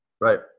Right